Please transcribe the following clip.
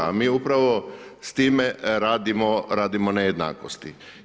A mi upravo s time radimo nejednakosti.